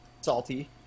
salty